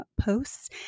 posts